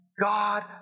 God